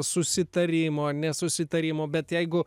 susitarimo nesusitarimo bet jeigu